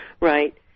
Right